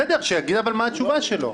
בסדר, שיגיד אבל מה התשובה שלו.